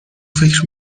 فکر